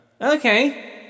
Okay